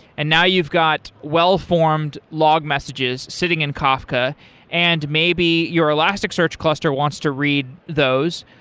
and now you've got well-formed log messages sitting in kafka and maybe your elasticsearch cluster wants to read those.